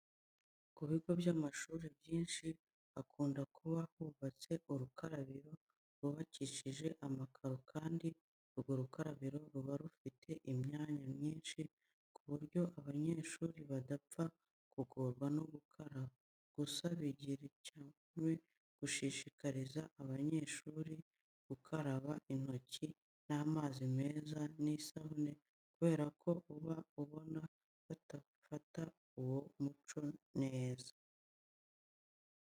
Ku bigo by'amashuri byinshi hakunda kuba hubatse urukarabiro rwubakishije amakaro, kandi urwo rukarabiro ruba rufite imyanya myinshi ku buryo abanyeshuri badapfa kugorwa no gukaraba. Gusa biracyakomeje gushishikariza abanyeshuri gukaraba intoki n'amazi meza n'isabune kubera ko uba ubona batarafata uwo muco neza.